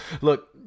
look